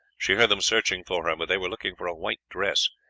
she heard them searching for her, but they were looking for a white dress,